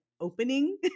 opening